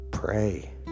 Pray